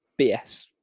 BS